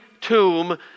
tomb